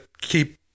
keep